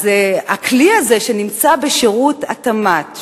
אז הכלי הזה שנמצא בשירות התמ"ת,